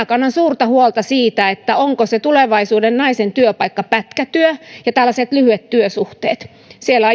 kannan suurta huolta siitä onko se tulevaisuuden naisen työpaikka pätkätyö ja tällaiset lyhyet työsuhteet siellä